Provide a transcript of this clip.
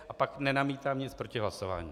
A pak nenamítám nic proti hlasování.